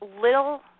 little